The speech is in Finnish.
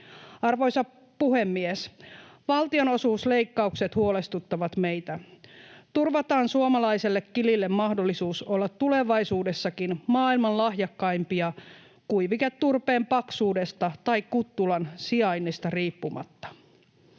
Arvoisa puhemies! Valtionosuusleikkaukset huolestuttavat meitä. Turvataan suomalaisille kileille mahdollisuus olla tulevaisuudessakin maailman lahjakkaimpia kuiviketurpeen paksuudesta tai kuttulan sijainnista riippumatta.